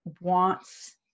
wants